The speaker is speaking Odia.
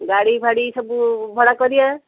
ଗାଡ଼ି ଫାଡ଼ି ସବୁ ଭଡ଼ା କରିବା